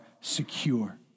secure